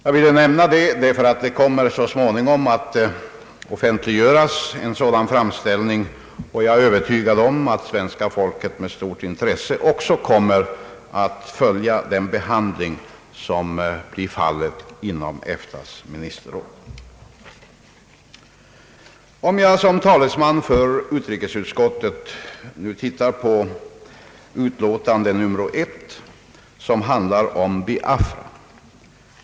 Jag ville nämna detta därför att det så småningom kommer att offentliggöras en sådan framställning, och jag är övertygad om att svenska folket med stort intresse också kommer att följa behandlingen av den inom EFTA:s ministerråd. Sedan vill jag som talesman för utrikesutskottet uppehålla mig vid dess utlåtande nr 1, som handlar om Biafra.